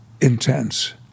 intense